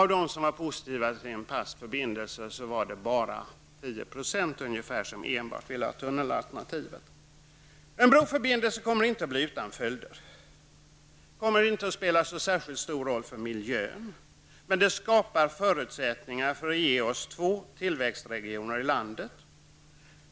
Av dem som var positiva till en fast förbindelse var det bara 10 % som enbart vill ha tunnelalternativet. En broförbindelse blir inte utan följder. Den kommer inte att spela en så stor roll för miljön. Men den skapar förutsättningar för att ge oss två tillväxtregioner i landet.